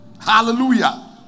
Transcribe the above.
Hallelujah